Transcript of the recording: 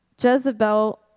Jezebel